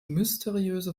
mysteriöse